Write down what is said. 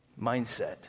mindset